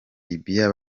libya